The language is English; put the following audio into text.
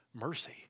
mercy